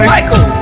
Michael